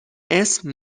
اسم